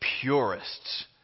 purists